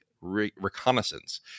reconnaissance